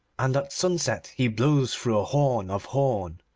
and at sunset he blows through a horn of horn.